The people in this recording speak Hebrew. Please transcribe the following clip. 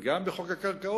ופעם אחת בחוק הקרקעות,